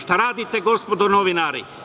Šta radite gospodo novinari?